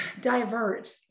divert